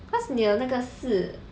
cause 你有那个四